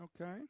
Okay